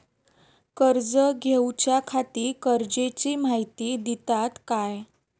कर्ज घेऊच्याखाती गरजेची माहिती दितात काय?